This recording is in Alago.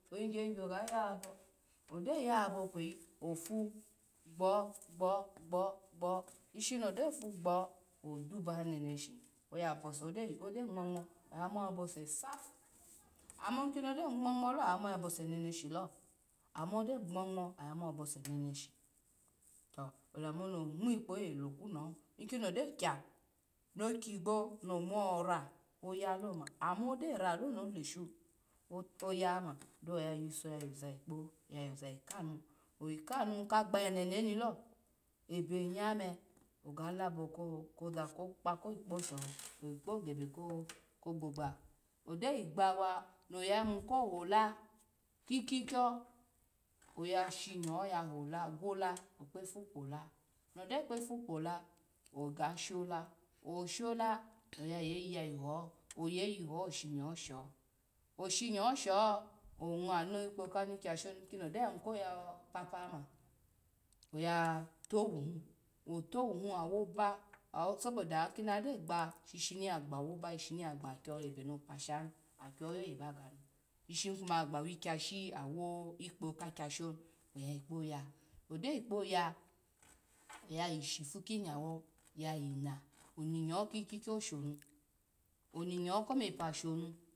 Ovigya yigya ogaga yabo ogyo yabo kweyi ofu gbo gbo gbo gbo ishino gyo fu gbo oduboli neneshi oyabse do ngma nenesho oyamo yabose sap ama ama kini ogyo ngma lo oyamo yabose neneshi lo, ama ado ngma ngma oja bo neneshi to olamuni ongma yikpo oye lokunuho ikimi ogyo kyo no kigbo no mura oyalo ma amo gyo ralono loshu oya ma do oyayiso yayoza kanu oyi kanu ka gbo anonilo ebenye ogalabo ko kpa koyi kposho kogebe ko gbogba odoyi gbawa no yayimu koyi hola kikikiyo oya shinyo yayi hola gwola kpofu kwola no gyo kpefu kwola oga shola oshola oya yeyi yayiho oveyiho oshinyosho oshinyo hso onw ni kpo kukyashi ni kono gyo yayimu ko ya papa ma oya towu otuwoni awoba soboda inkoni agyo gba shini yagbawu ba shini ya gbakyi ebeni obashani akyo oye ye baganu shini kuma ya gba wikyashi awikpa kakyashini oyayi kpa ya gyo yi kpa ya oya yi shifu kinyo yayina oni myo kikikpyo shonu ominyo komepe shonu